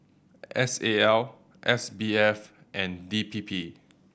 S A L S B F and D P P